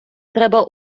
треба